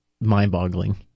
mind-boggling